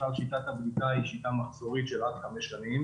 ככלל שיטת הבדיקה היא שיטה מחזורית של עד חמש שנים